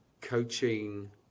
coaching